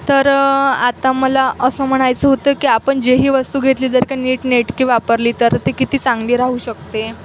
तर आता मला असं म्हणायचं होतं की आपण जे ही वस्तू घेतली जर का नीटनेटकी वापरली तर ती किती चांगली राहू शकते